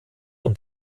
und